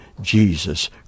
Jesus